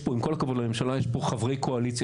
עם כל הכבוד לממשלה יש פה חברי קואליציה.